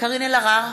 קארין אלהרר,